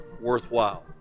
worthwhile